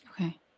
Okay